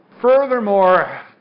Furthermore